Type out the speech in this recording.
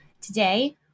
Today